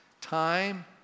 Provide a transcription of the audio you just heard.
Time